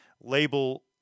label